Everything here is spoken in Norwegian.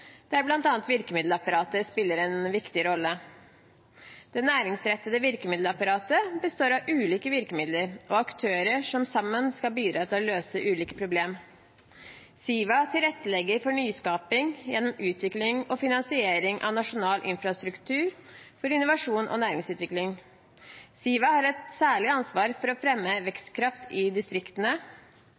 der bl.a. virkemiddelapparatet spiller en viktig rolle. Det næringsrettede virkemiddelapparatet består av ulike virkemidler og aktører som sammen skal bidra til å løse ulike problemer. Siva tilrettelegger for nyskaping gjennom utvikling og finansiering av nasjonal infrastruktur for innovasjon og næringsutvikling. Siva har et særlig ansvar for å fremme vekstkraft i distriktene.